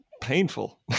Painful